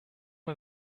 mal